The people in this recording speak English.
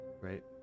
right